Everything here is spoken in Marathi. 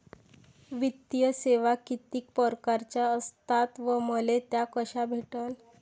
वित्तीय सेवा कितीक परकारच्या असतात व मले त्या कशा भेटन?